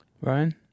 Ryan